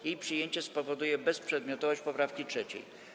Jej przyjęcie spowoduje bezprzedmiotowość poprawki 3.